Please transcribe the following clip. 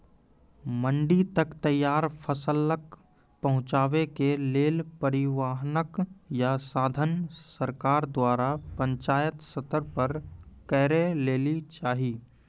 मंडी तक तैयार फसलक पहुँचावे के लेल परिवहनक या साधन सरकार द्वारा पंचायत स्तर पर करै लेली चाही?